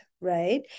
right